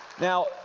Now